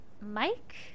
mike